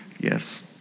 yes